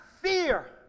fear